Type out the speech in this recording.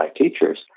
teachers